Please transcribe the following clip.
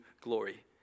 glory